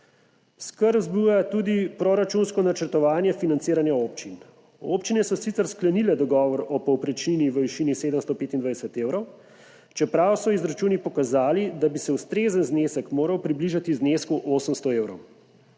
Skrb vzbuja tudi proračunsko načrtovanje financiranja občin. Občine so sicer sklenile dogovor o povprečnini v višini 725 evrov, čeprav so izračuni pokazali, da bi se ustrezen znesek moral približati znesku 800 evrov.